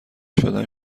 شدن